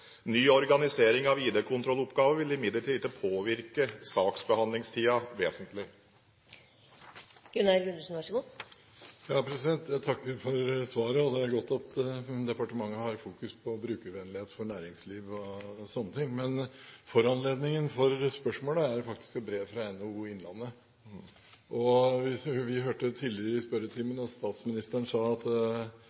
Ny organisering av ID-kontrolloppgavene vil imidlertid ikke påvirke saksbehandlingstiden vesentlig. Jeg takker for svaret. Det er godt at departementet har fokus på brukervennlighet for næringslivet og sånne ting. Foranledningen for spørsmålet er faktisk et brev fra NHO Innlandet. Vi hørte tidligere i